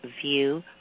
view